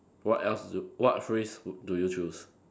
what else what phrase would do you choose